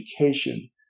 education